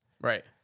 Right